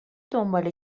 دنبال